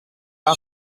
pas